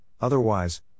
otherwise